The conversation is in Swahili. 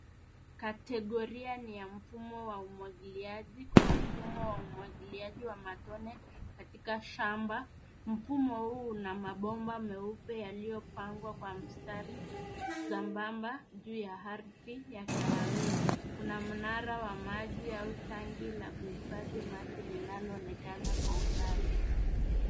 Kategoria ni ya mfumo wa umwagiliaji. Kuna mfumo wa umwagiliaji wa matone katika shamba. Mfumo huu una mabomba meupe yaliyopangwa kwa mstari sambamba juu ya ardhi ya kahawia. Kuna mnara wa maji au tangi la kuhifadhi maji linaloonekana kwa umbali.